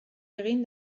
egin